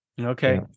okay